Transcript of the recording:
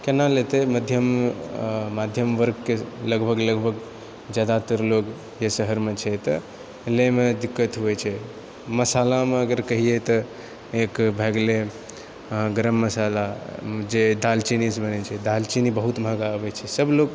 केना लेतै मध्यम मध्यम वर्गके लगभग लगभग जादातर लोग जे शहरमे छै तऽ लएमे दिक्कत हुवै छै मशालामे अगर कहिऐ तऽ एक भए गेलै गरम मशाला जे दालचीनीसँ बनैत छै दालचीनी बहुत महङ्गा अबैत छै सबलोग